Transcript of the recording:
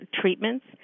treatments